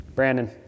Brandon